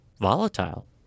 volatile